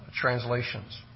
translations